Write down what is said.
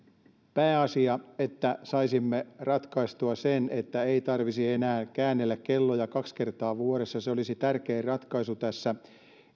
pääasia on että saisimme ratkaistua sen että ei tarvitsisi enää käännellä kelloja kaksi kertaa vuodessa se olisi tärkein ratkaisu tässä